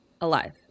alive